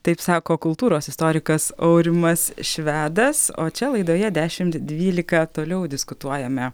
taip sako kultūros istorikas aurimas švedas o čia laidoje dešimt dvylika toliau diskutuojame